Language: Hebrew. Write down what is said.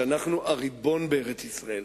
שאנחנו הריבון בארץ-ישראל.